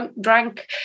drank